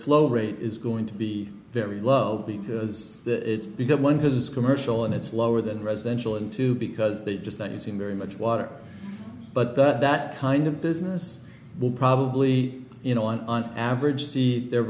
flow rate is going to be very low because it's become one business commercial and it's lower than residential into because they just not using very much water but that that kind of business will probably you know on on average see their